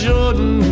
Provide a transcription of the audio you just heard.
Jordan